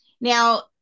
Now